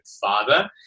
father